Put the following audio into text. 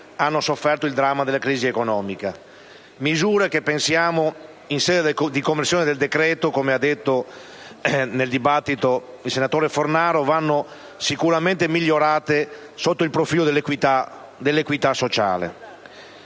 hanno sofferto il dramma della crisi economica. Misure che in sede di conversione del decreto - come ha detto nel dibattito il senatore Fornaro - vanno sicuramente migliorate sotto il profilo dell'equità sociale.